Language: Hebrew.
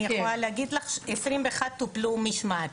אני יכולה להגיד לך ש-21 טופלו משמעתית.